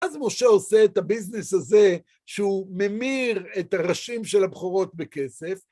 אז משה עושה את הביזנס הזה שהוא ממיר את הראשים של הבכורות בכסף.